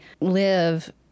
live